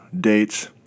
dates